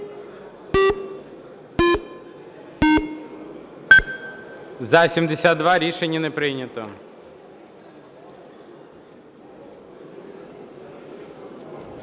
За-78 Рішення не прийнято.